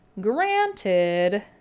Granted